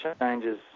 changes